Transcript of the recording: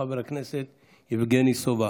חבר הכנסת יבגני סובה.